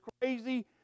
crazy